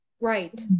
Right